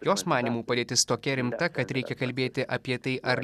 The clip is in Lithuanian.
jos manymu padėtis tokia rimta kad reikia kalbėti apie tai ar